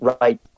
right